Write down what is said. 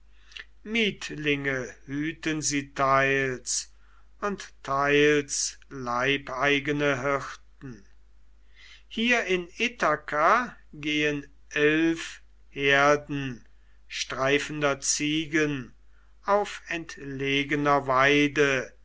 mietlinge hüten sie teils und teils leibeigene hirten hier in ithaka gehen elf herden streifender ziegen auf entlegener weide